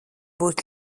būt